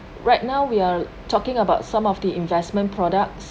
right now we are talking about some of the investment products